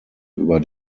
über